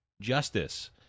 Justice